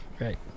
right